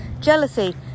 Jealousy